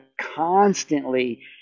constantly